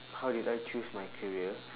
how did I choose my career